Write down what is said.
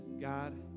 God